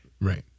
Right